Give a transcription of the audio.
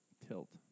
tilt